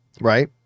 Right